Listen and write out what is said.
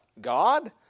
God